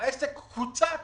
העסק קוצץ.